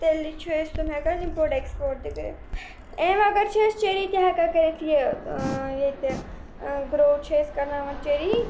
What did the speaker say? تیٚلہِ چھُ أسۍ تِم ہٮ۪کان اِمپورٹ ایکٕسپورٹ تہِ کٔرِتھ اَمہِ بغٲر چھِ أسۍ چیٚری تہِ ہٮ۪کان کٔرِتھ یہِ ییٚتہِ گرٛو چھِ أسۍ کَرٕناوان چیٚری